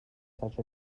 such